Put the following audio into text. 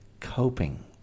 coping